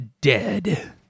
dead